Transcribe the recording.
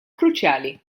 kruċjali